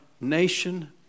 nation